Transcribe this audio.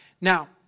Now